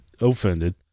Offended